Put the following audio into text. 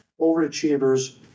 overachievers